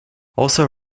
also